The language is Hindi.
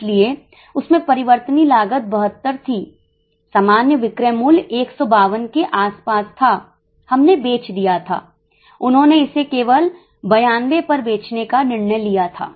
इसलिए उसमें परिवर्तनीय लागत 72 थी सामान्य विक्रय मूल्य 152 के आसपास था हमने बेच दिया था उन्होंने इसे केवल 92 पर बेचने का निर्णय लिया था